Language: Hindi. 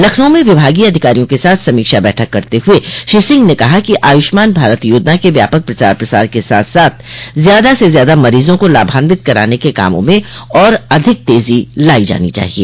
लखनऊ में विभागीय अधिकारियों के साथ समीक्षा बैठक करते हुए श्री सिंह ने कहा कि आयुष्मान भारत योजना के व्यापक प्रचार प्रसार के साथ साथ ज्यादा से ज्यादा मरीजों को लाभान्वित कराने के कामों में और अधिक तेजो लाई जानी चाहिए